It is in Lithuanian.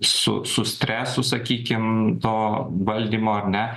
su su stresu sakykim to valdymo ar ne